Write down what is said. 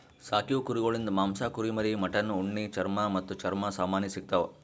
ಸಾಕೀವು ಕುರಿಗೊಳಿಂದ್ ಮಾಂಸ, ಕುರಿಮರಿ, ಮಟನ್, ಉಣ್ಣಿ, ಚರ್ಮ ಮತ್ತ್ ಚರ್ಮ ಸಾಮಾನಿ ಸಿಗತಾವ್